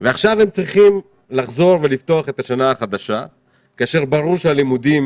ועכשיו הם צריכים לפתוח את השנה החדשה כאשר ברור שהלימודים